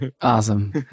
Awesome